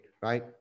right